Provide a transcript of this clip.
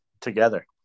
together